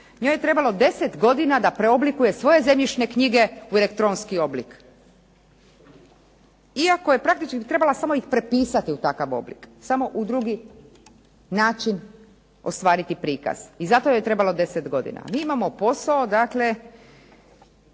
njoj je trebalo 10 godina da preoblikuje svoje zemljišne knjige u elektronski oblik. Iako je praktički sam trebala prepisati u takav oblik, samo u drugi način ostvariti prikaz. I zato je trebalo 10 godina. A mi imamo posao gdje